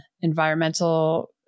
environmental